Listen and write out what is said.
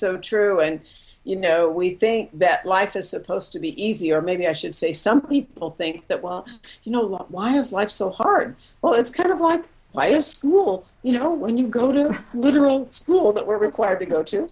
so true and you know we think that life is supposed to be easy or maybe i should say some people think that well you know why is life so hard well it's kind of like why is school you know when you go to the literal school that we're required to go to